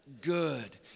Good